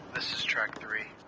is track three.